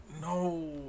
no